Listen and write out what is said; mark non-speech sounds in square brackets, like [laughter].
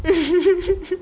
[laughs]